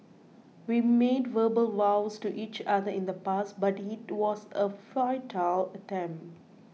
we made verbal vows to each other in the past but it was a futile attempt